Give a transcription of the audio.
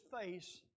face